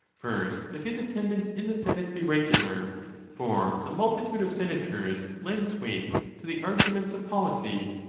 first, that his attendance in the senate be regular for the multi tude of senators lends weight to the arguments of policy.